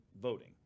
voting